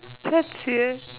that serious